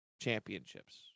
championships